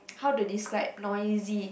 how to describe noisy